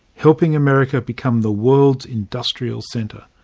helping america become the world's industrial centre.